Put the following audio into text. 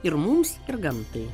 ir mums ir gamtai